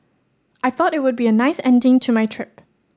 I thought it would be a nice ending to my trip